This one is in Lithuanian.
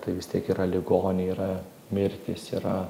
tai vis tiek yra ligoniai yra mirtys yra